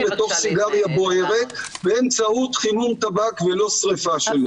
בתוך סיגריה בוערת באמצעות חימום טבק ולא שריפה שלו.